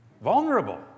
vulnerable